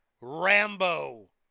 Rambo